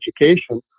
education